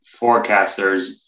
forecasters